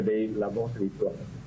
כדי לעבור את הניתוח.